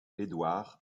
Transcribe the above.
édouard